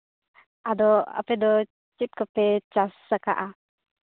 ᱟᱫᱚ ᱟᱯᱮ ᱫᱚ ᱪᱮᱫ ᱠᱚᱯᱮ ᱪᱟᱥ ᱟᱠᱟᱫᱼᱟ